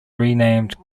renamed